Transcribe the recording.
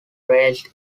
raised